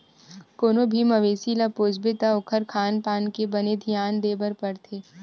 कोनो भी मवेसी ल पोसबे त ओखर खान पान के बने धियान देबर परथे